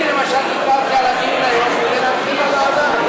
אני למשל ויתרתי על הדיון היום כדי להמתין לוועדה.